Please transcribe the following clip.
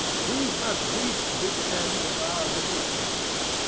we have reached the end of our little mystery.